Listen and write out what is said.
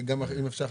בבקשה,